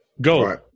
go